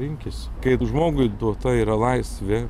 rinkis kai žmogui duota yra laisvė